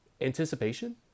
anticipation